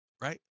right